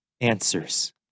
answers